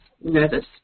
nervous